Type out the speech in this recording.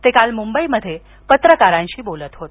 ते काल मुंबईत पत्रकारांशी बोलत होते